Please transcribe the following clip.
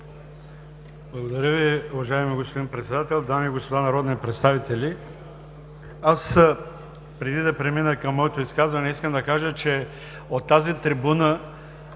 Благодаря Ви, уважаеми господин Председател! Дами и господа народни представители! Преди да премина към моето изказване искам да кажа, че от тази трибуна